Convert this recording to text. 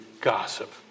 gossip